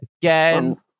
Again